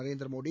Narendra Modi